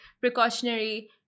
precautionary